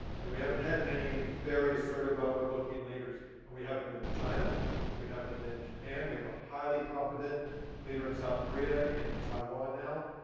and we haven't had many, various sort of outward looking leaders and we have them in china and we have them in japan. we have a highly competent leader in south korea and in taiwan now.